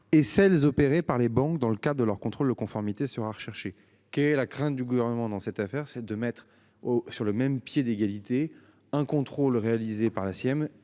et celles opérées par les banques dans le cadre de leur contrôle de conformité sur à rechercher qu'est la crainte du gouvernement dans cette affaire, c'est de mettre. Sur le même pied d'égalité. Un contrôle réalisé par la